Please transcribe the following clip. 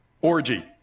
orgy